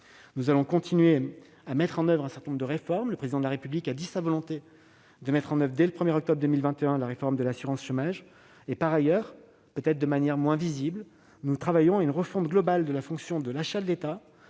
Nous continuerons à mettre en oeuvre un certain nombre de réformes. Le Président de la République a rappelé sa volonté de mettre en place, dès le 1 octobre 2021, la réforme de l'assurance chômage. Par ailleurs, et peut-être de manière moins visible, nous travaillons à une refonte globale de la politique des achats de l'État,